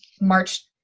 March